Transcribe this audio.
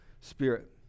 spirit